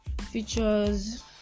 features